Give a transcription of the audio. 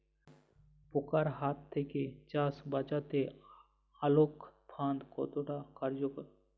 পোকার হাত থেকে চাষ বাচাতে আলোক ফাঁদ কতটা কার্যকর?